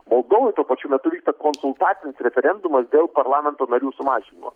moldovoj pačiu metu vyksta konsultacinis referendumas dėl parlamento narių sumažinimo